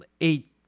eight